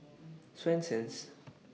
Swensens